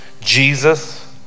Jesus